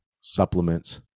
supplements